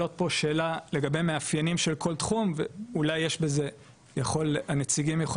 ואולי הנציגים יכולים לחשוב על הסברים שקשורים לאופי ההעסקה.